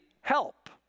help